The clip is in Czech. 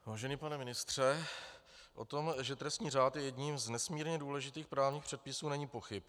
Vážený pane ministře, o tom, že trestní řád je jedním z nesmírně důležitých právních předpisů, není pochyb.